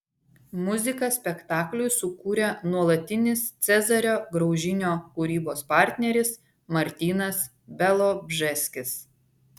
muziką spektakliui sukūrė nuolatinis cezario graužinio kūrybos partneris martynas bialobžeskis